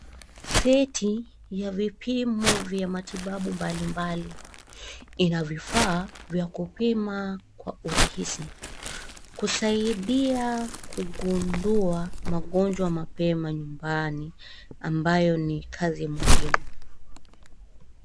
Seti ya vipimo vya matibabu mbalimbali ina vifaa vya kupima kwa urahisi kusaidia kugundua magonjwa mapema nyumbani ambayo ni kazi muhimu.